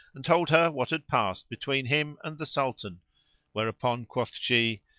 and told her what had past between him and the sultan whereupon quoth she,